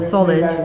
Solid